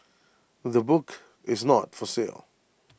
the book is not for sale